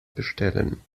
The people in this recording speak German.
bestellen